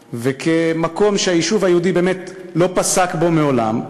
וכמקום שהיישוב היהודי באמת לא פסק בו מעולם,